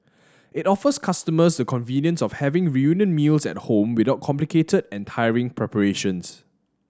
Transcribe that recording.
it offers customers the convenience of having reunion meals at home without complicated and tiring preparations